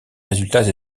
résultats